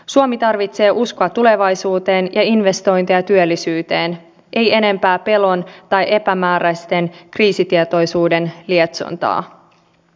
suomi tarvitsee uskoa tulevaisuuteen ja investointeja työllisyyteen ei enempää pelon tai epämääräisen kriisitietoisuuden lietsontaa